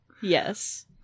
Yes